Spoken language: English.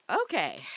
Okay